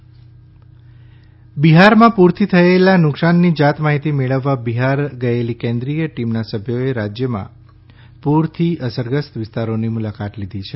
Bihar team બિહારમાં પૂરથી થયેલાં નુકસાનથી જાતમાહિતી મેળવવા બિહાર ગયેલી કેન્દ્રીય ટીમનાં સભ્યોએ રાજ્યનાં પૂરથી અસરગ્રસ્ત વિસ્તારોની મુલાકાત લીધી છે